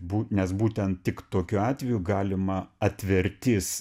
būt nes būtent tik tokiu atveju galima atvertis